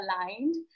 aligned